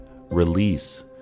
release